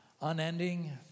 unending